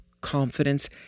confidence